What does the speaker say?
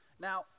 Now